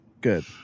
good